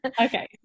Okay